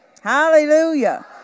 Hallelujah